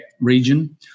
region